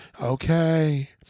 okay